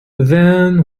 then